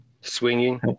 Swinging